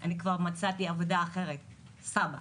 אני כבר מצאתי עבודה אחרת עם סבא,